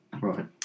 Right